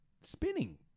spinning